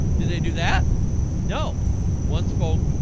did they do that no one spoke